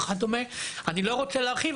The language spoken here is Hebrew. אני לא רוצה להרחיב,